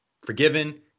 Forgiven